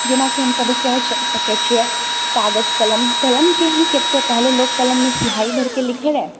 जेनाकि हम कहबै कहि सकैत छिऐ कागज कलम कलमके ही कते पहले लोक कलममे स्याहि भरिके लिखैत रहए